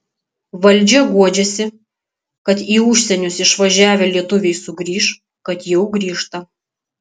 valdžia guodžiasi kad į užsienius išvažiavę lietuviai sugrįš kad jau grįžta